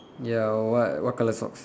ya what what colour socks